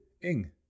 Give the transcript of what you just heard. Ing